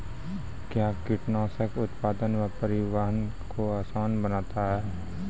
कया कीटनासक उत्पादन व परिवहन को आसान बनता हैं?